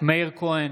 מאיר כהן,